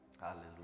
Hallelujah